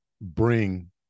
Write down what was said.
bring